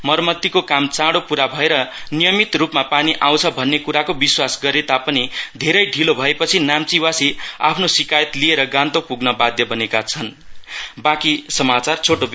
मरमत को काम चाँडो पूरा भएर नियमित रूपमा पानी आउँछ भन्ने कुराको विश्वास गरे तापनि धेरै डिलो भएपछि नाम्चीवासी आफ्नो सिकायत लिएर गान्तोक पुग्न बाध्य बनेका हुन्